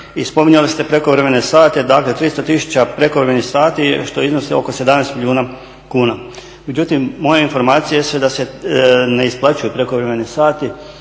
spominjali ste prekovremene sate. Dakle, 300 000 prekovremenih sati što iznosi oko 17 milijuna kuna. Međutim, moje informacije su da se ne isplaćuju prekovremeni sati